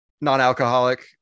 Non-alcoholic